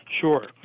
Sure